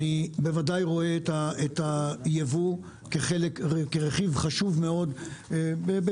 אני בוודאי רואה את היבוא כרכיב חשוב מאוד בחיים,